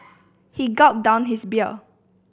he gulped down his beer